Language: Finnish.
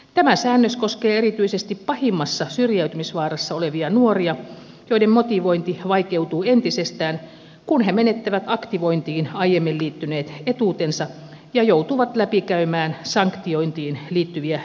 tämä säännös koskee erityisesti pahimmassa syrjäytymisvaarassa olevia nuoria joiden motivointi vaikeutuu entisestään kun he menettävät aktivointiin aiemmin liittyneet etuutensa ja joutuvat läpikäymään sanktiointiin liittyviä selvitysmenettelyjä